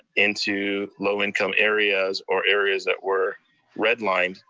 into low income areas, or areas that were redlined,